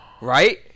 Right